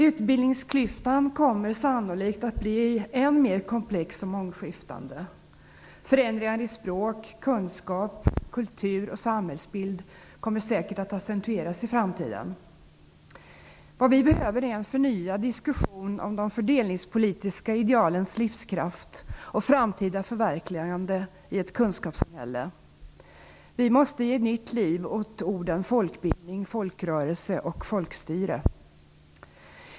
Utbildningsklyftan kommer sannolikt att bli än mer komplex och mångskiftande. Förändringar i språk, kunskap, kultur och samhällsbild kommer säkert att accentueras i framtiden. Vad vi behöver är en förnyad diskussion om de fördelningspolitiska idealens livskraft och framtida förverkligande i ett kunskapssamhälle. Vi måste ge nytt liv åt orden folkbildning, folkrörelse och folkstyre.